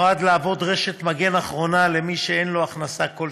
נועד להוות רשת מגן אחרונה למי שאין לו הכנסה כלשהי,